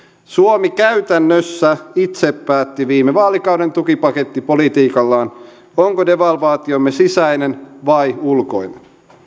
suomi käytännössä itse päätti viime vaalikauden tukipakettipolitiikallaan onko devalvaatiomme sisäinen vai ulkoinen